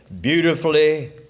beautifully